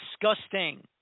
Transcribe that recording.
disgusting